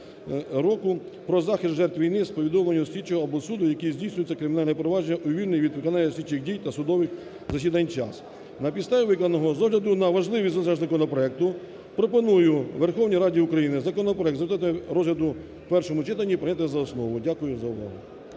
про захист жертв війти з повідомленням слідчого або суду, який здійснює це кримінальне провадження у вільний від виконання слідчих дій та судових засідань час. На підставі викладеного, з огляду на важливість зазначеного законопроекту, пропоную Верховній Раді України законопроект за результатами розгляду в першому читанні прийняти за основу. Дякую за увагу.